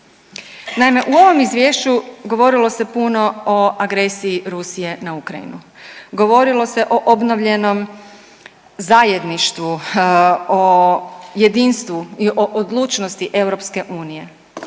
Naime, u ovom izvješću govorilo se puno o agresiji Rusije na Ukrajinu, govorilo se o obnovljenom zajedništvu, o jedinstvu i o odlučnosti EU.